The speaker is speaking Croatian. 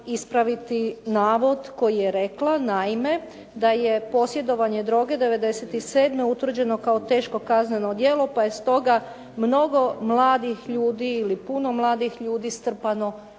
ispraviti navod koji je rekla, naime da je posjedovanje droge '97. utvrđeno kao teško kazneno djelo pa je stoga mnogo mladih ljudi ili puno mladih ljudi strpano